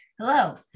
Hello